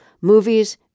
Movies